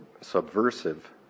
subversive